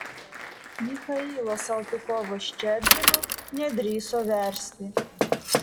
michailo saltykovo ščedrino nedrįso versti